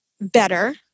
better